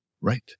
Right